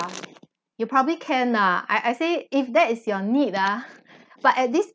you probably can ah I I say if that is your need ah but at this